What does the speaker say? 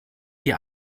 die